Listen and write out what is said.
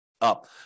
up